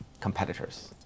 competitors